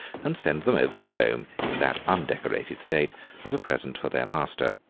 and send them over to rome in that undecorated state as a present for their master.